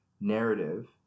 narrative